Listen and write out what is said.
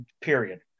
Period